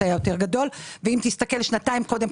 היה יותר גדול ואם תסתכל שנתיים קודם,